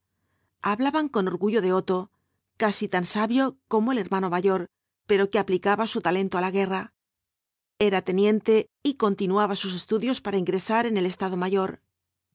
hablaban con orgullo de otto casi tan sabio como el hermano mayor pero que aplicaba su talento á la guerra era teniente y continuaba sus estudios para ingresar en el estado mayor